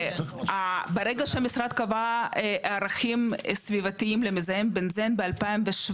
ברגע שהמשרד קבע ערכים סביבתיים למזהם בנזן ב- 2017,